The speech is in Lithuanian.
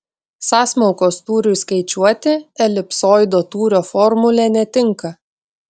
sąsmaukos tūriui skaičiuoti elipsoido tūrio formulė netinka